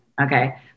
Okay